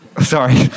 Sorry